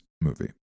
movie